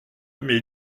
mais